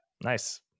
Nice